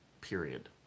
period